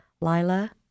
Lila